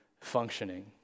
functioning